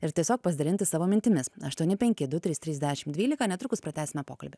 ir tiesiog pasidalinti savo mintimis aštuoni penki du trys trys dešimt dvylika netrukus pratęsime pokalbį